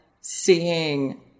seeing